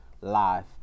live